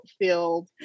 filled